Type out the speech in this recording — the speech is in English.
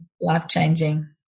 life-changing